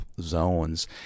zones